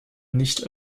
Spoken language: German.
nicht